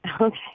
Okay